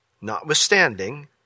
notwithstanding